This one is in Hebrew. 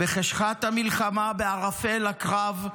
בחשכת המלחמה, בערפל הקרב,